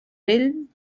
vell